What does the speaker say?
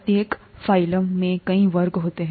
प्रत्येक फाइलम में कई वर्ग होते हैं